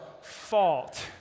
fault